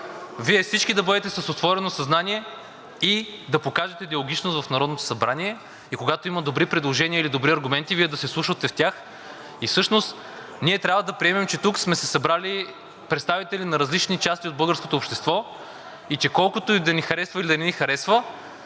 Вие всички да бъдете с отворено съзнание и да покажете диалогичност в Народното събрание, и когато има добри предложения или добри аргументи, Вие да се вслушвате в тях. Всъщност ние трябва да приемем, че тук сме се събрали представители на различни части от българското общество и че колкото и да ни харесва или да не ни харесва,